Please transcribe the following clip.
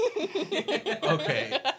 Okay